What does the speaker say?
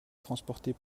transporter